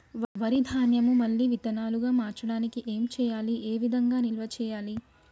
వరి ధాన్యము మళ్ళీ విత్తనాలు గా మార్చడానికి ఏం చేయాలి ఏ విధంగా నిల్వ చేయాలి?